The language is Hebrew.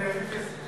הנה, הביא כסף.